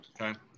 Okay